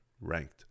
ranked